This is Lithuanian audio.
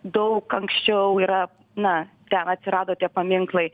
daug anksčiau yra na ten atsirado tie paminklai